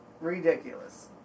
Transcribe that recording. ridiculous